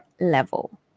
level